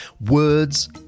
Words